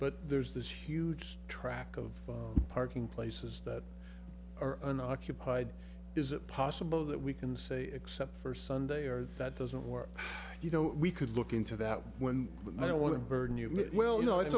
but there's this huge track of parking places that are unoccupied is it possible that we can say except for sunday or that doesn't work you know we could look into that when i don't want to burden you admit well you know it's